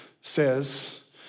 says